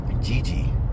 Gigi